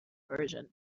version